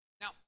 Now